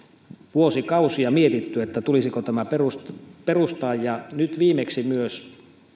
vuosikausia on mietitty tulisiko tämä perustaa nyt viimeksi myös